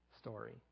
story